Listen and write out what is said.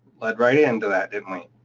led right into that, didn't we?